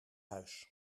huis